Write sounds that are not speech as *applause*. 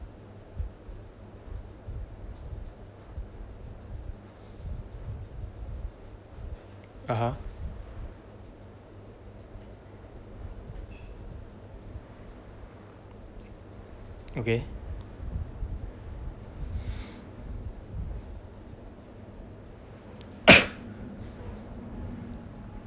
(uh huh) okay *breath* *coughs*